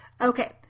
Okay